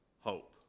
hope